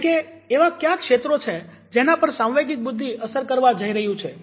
જેમ કે એવા ક્યા ક્ષેત્રો છે જેના પર સાંવેગિક બુદ્ધિ અસર કરવા જઈ રહ્યું છે